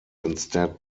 instead